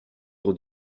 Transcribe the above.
pour